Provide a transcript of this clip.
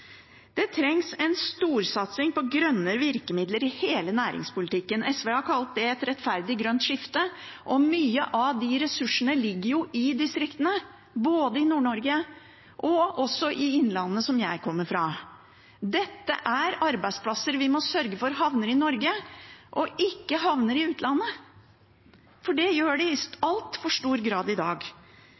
Det trengs en storsatsing på grønne virkemidler i hele næringspolitikken. SV har kalt det et rettferdig grønt skifte, og mye av de ressursene ligger i distriktene, både i Nord-Norge og i Innlandet, som jeg kommer fra. Dette er arbeidsplasser vi må sørge for havner i Norge og ikke i utlandet, for det gjør de i altfor stor grad i dag.